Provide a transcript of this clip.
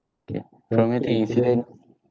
K traumatic incident